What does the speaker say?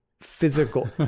physical